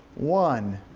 one,